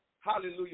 Hallelujah